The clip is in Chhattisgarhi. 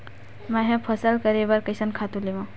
मैं ह फसल करे बर कइसन खातु लेवां?